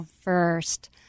first